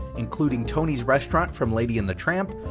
including tony's restaurant from lady and the tramp,